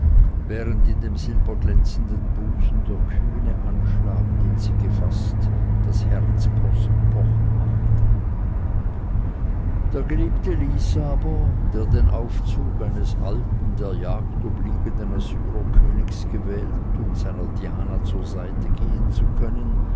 während in dem silberglänzenden busen der kühne anschlag den sie gefaßt das herz pochen machte der geliebte lys aber der den aufzug eines der jagd obliegenden assyrerkönigs gewählt um seiner diana zur seite gehen zu können